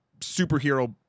superhero